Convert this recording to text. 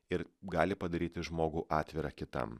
ir gali padaryti žmogų atvirą kitam